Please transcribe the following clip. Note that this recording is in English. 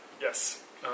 Yes